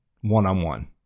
one-on-one